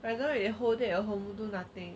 whether you whole day at home you do nothing